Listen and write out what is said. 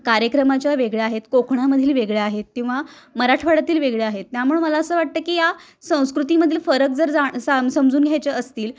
कार्यक्रमाच्या वेगळ्या आहेत कोकणामधील वेगळ्या आहेत किंवा मराठवाड्यातील वेगळ्या आहेत त्यामुळ मला असं वाटतं की या संस्कृतीमधील फरक जर जा सम समजून घ्यायचे असतील